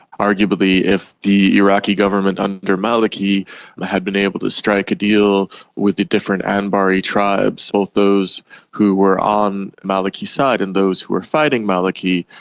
arguably if the iraqi government under maliki ah had been able to strike a deal with the different anbari tribes, both those who were on maliki's side and those who were fighting maliki,